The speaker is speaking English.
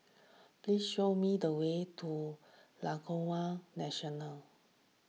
please show me the way to Laguna National